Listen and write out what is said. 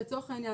לצורך העניין,